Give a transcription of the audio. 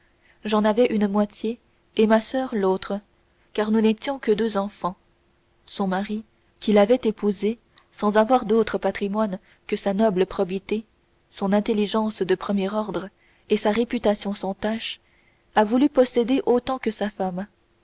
j'en avais une moitié et ma soeur l'autre car nous n'étions que deux enfants son mari qui l'avait épousée sans avoir d'autre patrimoine que sa noble probité son intelligence de premier ordre et sa réputation sans tache a voulu posséder autant que sa femme